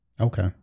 Okay